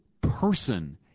person